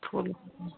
फूल के